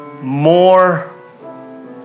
more